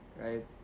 right